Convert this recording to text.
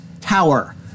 tower